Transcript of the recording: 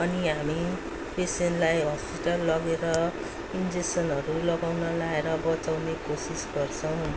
अनि हामी पेसेन्टलाई हस्पिटल लगेर इन्जेसक्समहरू लगाउन लाएर बचाउने कोसिस गर्छोँ